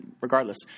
regardless